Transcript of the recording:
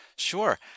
Sure